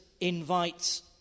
invites